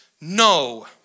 no